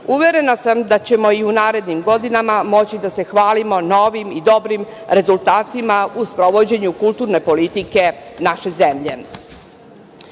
sam da ćemo i u narednim godinama moći da se hvalimo novim i dobrim rezultatima u sprovođenju kulturne politike naše